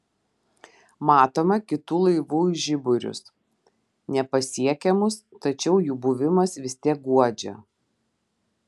matome kitų laivų žiburius nepasiekiamus tačiau jų buvimas vis tiek guodžia